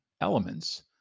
elements